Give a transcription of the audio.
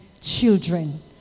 children